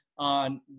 on